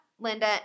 Linda